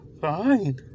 Fine